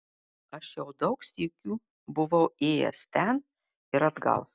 aš jau daug sykių buvau ėjęs ten ir atgal